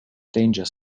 danger